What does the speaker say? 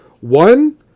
One